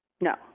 No